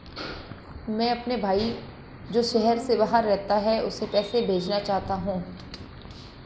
मैं अपने भाई जो शहर से बाहर रहता है, उसे पैसे भेजना चाहता हूँ